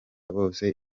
bose